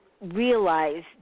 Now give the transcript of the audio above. realize